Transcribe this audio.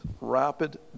Rapid